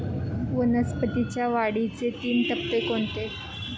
वनस्पतींच्या वाढीचे तीन टप्पे कोणते?